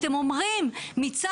חוק